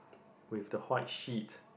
with the white sheet